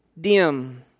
dim